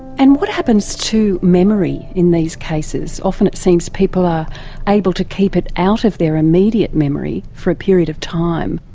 and what happens to memory in these cases? often it seems people are able to keep it out of their immediate memory for a period of time.